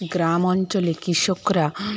গ্রাম অঞ্চলে কৃষকরা